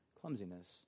clumsiness